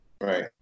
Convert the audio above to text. Right